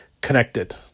connected